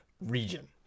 region